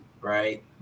right